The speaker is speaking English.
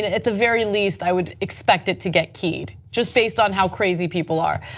at the very least i would expected to get keyed just based on how crazy people are.